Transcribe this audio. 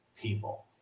people